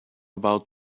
about